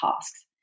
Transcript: tasks